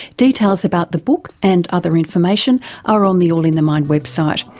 details about the book, and other information are on the all in the mind website,